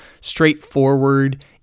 straightforward